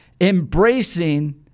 embracing